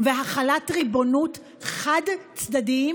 והחלת ריבונות חד-צדדיים?